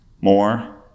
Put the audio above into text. more